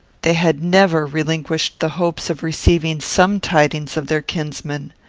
they had never relinquished the hopes of receiving some tidings of their kinsman.